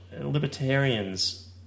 libertarians